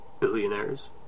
billionaires